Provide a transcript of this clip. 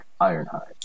Ironhide